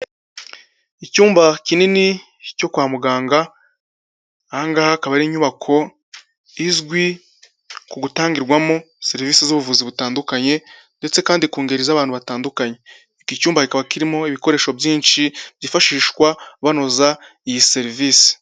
Icyumba kinini cyo kwa muganga, aha ngaha akaba ari inyubako izwi ku gutangirwamo serivisi z'ubuvuzi butandukanye ndetse kandi ku ngeri z'abantu batandukanye, iki cyumba kikaba kirimo ibikoresho byinshi byifashishwa banoza iyi serivisi.